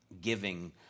giving